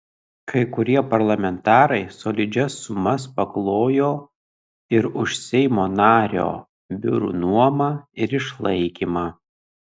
kai kurie parlamentarai solidžias sumas paklojo ir už seimo nario biurų nuomą ir išlaikymą